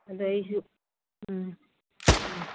ꯑꯗ ꯑꯩꯁꯨ ꯎꯝ ꯎꯝ